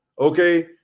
okay